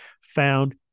found